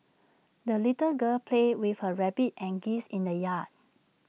the little girl played with her rabbit and geese in the yard